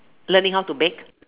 learning how to bake